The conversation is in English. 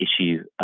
issue